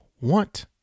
want